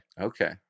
okay